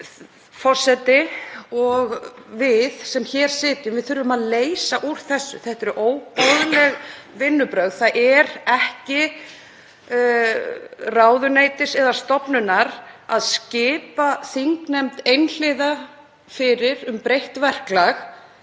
forseti og við sem hér sitjum þurfum að leysa úr þessu. Þetta eru óboðleg vinnubrögð. Það er ekki ráðuneytis eða stofnunar að skipa þingnefnd einhliða fyrir um breytt verklag.